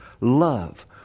love